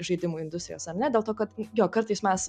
žaidimų industrijos ar ne dėl to kad jo kartais mes